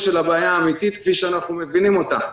של הבעיה האמיתית כפי שאנחנו מבינים אותה.